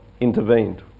intervened